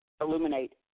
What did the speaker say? illuminate